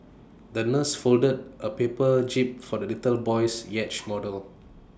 the nurse folded A paper jib for the little boy's yacht model